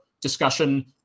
discussion